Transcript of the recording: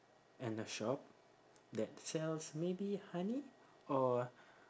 and a shop that sells maybe honey or